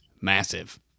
massive